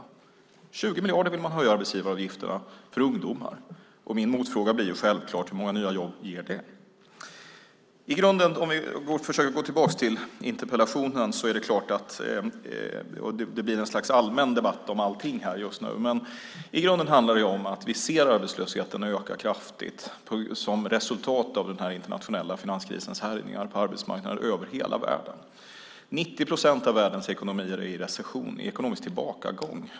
Med 20 miljarder vill man höja arbetsgivaravgifterna för ungdomar. Och min motfråga blir självklart: Hur många nya jobb ger det? I grunden, om vi försöker gå tillbaka till interpellationen - det blir ett slags allmän debatt om allting här just nu - handlar det om att vi ser arbetslösheten öka kraftigt som ett resultat av den internationella finanskrisens härjningar på arbetsmarknaden över hela världen. 90 procent av världens ekonomier är i recession, ekonomisk tillbakagång.